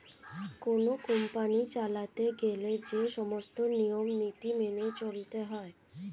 কোন কোম্পানি চালাতে গেলে যে সমস্ত নিয়ম নীতি মেনে চলতে হয়